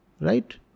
right